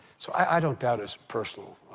so i don't doubt his personal